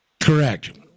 Correct